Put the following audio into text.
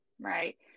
right